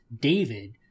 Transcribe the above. David